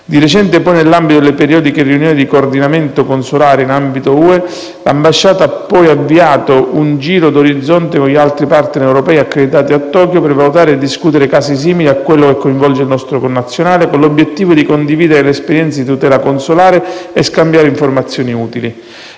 Di recente, poi, nell'ambito delle periodiche riunioni di coordinamento consolare in ambito europeo, l'ambasciata ha poi avviato un giro d'orizzonte con gli altri *partner* europei accreditati a Tokyo per valutare e discutere casi simili a quello che coinvolge il nostro connazionale, con l'obiettivo di condividere le esperienze di tutela consolare e scambiare informazioni utili.